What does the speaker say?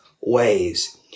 ways